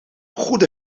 goede